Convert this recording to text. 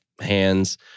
hands